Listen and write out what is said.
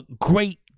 great